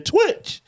Twitch